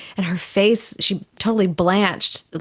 and her face, she totally blanched,